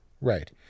Right